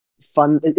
fun